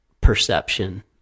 perception